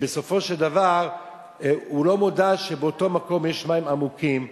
ובסופו של דבר הוא לא מודע לכך שבאותו מקום יש מים עמוקים.